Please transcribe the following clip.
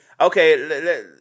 okay